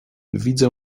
widzę